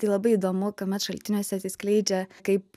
tai labai įdomu kuomet šaltiniuose atsiskleidžia kaip